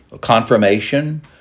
confirmation